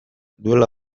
duela